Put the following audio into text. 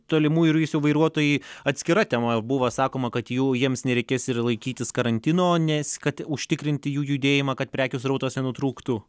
tolimųjų reisų vairuotojai atskira tema buvo sakoma kad jų jiems nereikės ir laikytis karantino nes kad užtikrinti jų judėjimą kad prekių srautas nenutrūktų